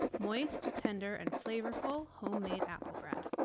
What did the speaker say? moist, tender and flavorful homemade apple bread.